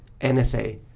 NSA